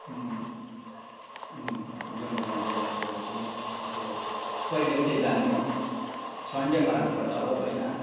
उम् उम् उम् जाउँ जाउँ जाउँ एकपल्ट जाउँ अब कहिले चाहिँ जानु सन्डे पार्नुपर्छ होला हौ होइन